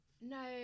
No